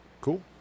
Cool